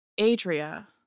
adria